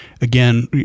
Again